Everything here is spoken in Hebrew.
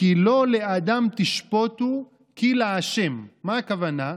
"כי לא לאדם תשפטו כי לה'", למה הכוונה?